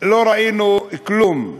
לא ראינו כלום.